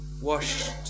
washed